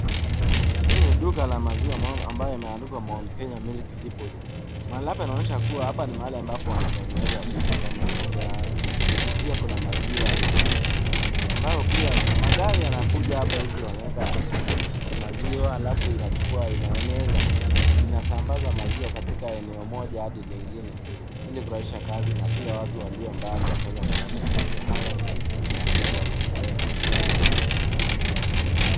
Hili ni duka la maziwa ambalo limeandikwa(cs) Mount (cs) Kenya(cs) milk (cs)depot(cs) mahali hapa inaonyesha kuwa hapa ni mahali ambapo wanatengeneza vitu kama (cs)yoghurt(cs) pia kuna maziwa ya pakiti, ambao pia magari yanakuja hapa hivi wanaeka maziwa halafu inachukua inaeneza, inasambaza maziwa katika eneo moja hadi lingine ili kurahisisha kazi na pia watu walio mbali wakaweza kupata maziwa haya na wakaweza wakafurahia maisha yao ya siku, kila siku